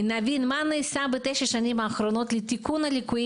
נבין מה נעשה בתשע השנים האחרונות לתיקון הליקויים